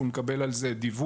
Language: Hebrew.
אנחנו נקבל על זה דיווח,